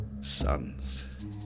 Sons